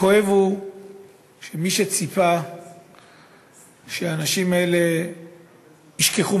הכואב הוא שמי שציפה שהאנשים האלה ישכחו